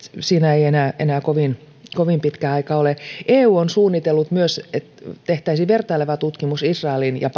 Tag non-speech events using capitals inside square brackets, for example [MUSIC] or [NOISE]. siinä ei enää enää kovin kovin pitkä aika ole eu on suunnitellut myös että tehtäisiin vertaileva tutkimus israelin ja [UNINTELLIGIBLE]